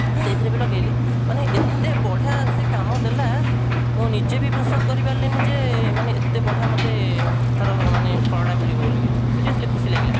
ସେହିଥିରେ ବି ଲଗାଇଲି ମାନେ ଏତେ ବଢ଼ିଆସେ କାମ ଦେଲା ମୁଁ ନିଜେ ବି ବିଶ୍ୱାସ କରିପାରିଲିନି ଯେ ମାନେ ଏତେ ବଢ଼ିଆ ମୋତେ ତା'ର ମାନେ ଫଳଟା ମିଳିବ ବୋଲି ସିରିୟସ୍ଲି ଖୁସି ଲାଗିଲା